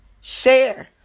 share